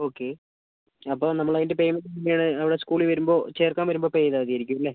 okay അപ്പോൾ നമ്മളതിൻ്റെ payment എങ്ങനെയാണ് അവിടെ സ്കൂളിൽ വരുമ്പോൾ ചേർക്കാൻ വരുമ്പോൾ പേ ചെയ്താൽ മതിയായിരിക്കുമല്ലേ